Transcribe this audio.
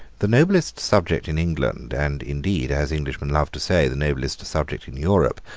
the noblest subject in england, and indeed, as englishmen loved to say, the noblest subject in europe,